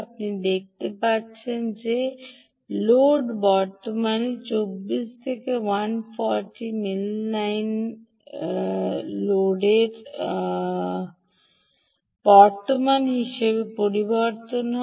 আপনি দেখতে পাচ্ছেন যে লোড বর্তমান 24 থেকে 149 মিলিঅ্যাম্পিয়ারে লোডের বর্তমান হিসাবে পরিবর্তন হয়